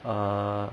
err